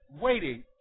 waiting